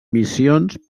missions